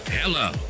Hello